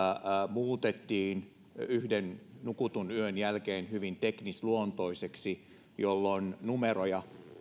muutettiin yhden nukutun yön jälkeen hyvin teknisluontoiseksi jolloin numeroja